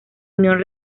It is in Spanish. unión